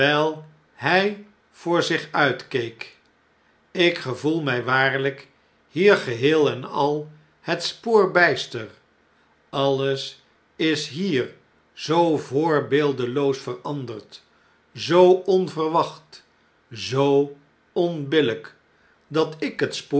hij voor zich uitkeek lk gevoel mij waarlp hier geheel en al het spoor oyster alles is hier zoo voorbeeldeloos veranderd zoo onverwacht zoo onbillgk dat ik het